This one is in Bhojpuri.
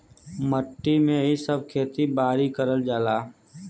मट्टी में ही सब खेती बारी करल जाला